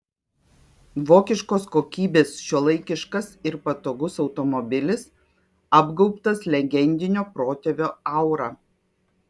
vokiškos kokybės šiuolaikiškas ir patogus automobilis apgaubtas legendinio protėvio aura